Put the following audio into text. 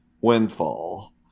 Windfall